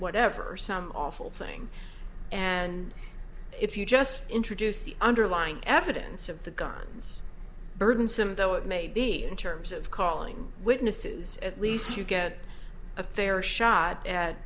whatever some awful thing and it you just introduce the underlying evidence of the guns burdensome though it may be in terms of calling witnesses at least you get a fair shot at